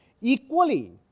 Equally